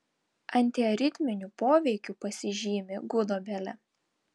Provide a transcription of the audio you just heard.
antiaritminiu poveikiu pasižymi gudobelė